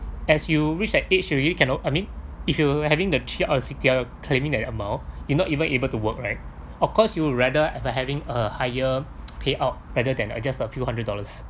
as you reach that age you really cannot I mean if you will having the three out of six A_D_L claiming that the amount it not even able to work right of course you would rather as uh having a higher payout rather than just a few hundred dollars